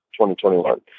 2021